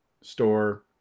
store